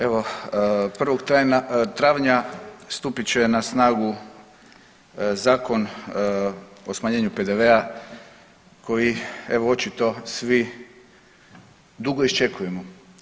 Evo, 1. travnja stupit će na snagu Zakon o smanjenju PDV-a koji evo očito svi dugo iščekujemo.